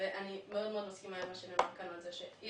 אני מאוד מסכימה עם מה שנאמר כאן על זה שאי